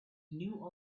knew